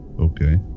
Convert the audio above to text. okay